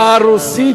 הרוסית